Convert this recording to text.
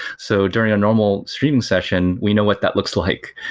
so during a normal streaming session we know what that looks like.